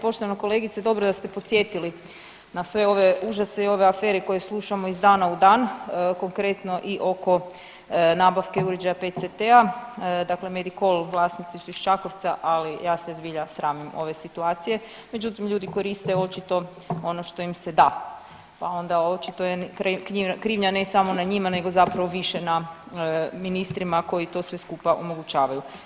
Poštovana kolegice dobro da ste podsjetili na sve ove užase i ove afere koje slušamo iz dana u dan konkretno i ono nabavke uređaja PET/CT-a dakle Medikol vlasnici su iz Čakovca, ali ja se zbilja sramim ove situacije, međutim ljudi koriste očito ono što im da, pa onda očito je krivnja ne samo na njima nego zapravo više na ministrima koji to sve skupa omogućavaju.